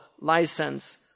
license